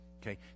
Okay